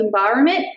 environment